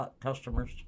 customers